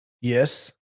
yes